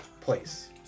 place